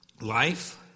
life